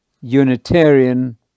Unitarian